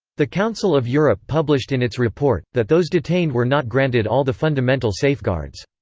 the council of europe published in its report, that those detained were not granted all the fundamental safeguards.